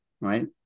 right